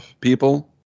people